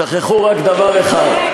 שכחו רק דבר אחד,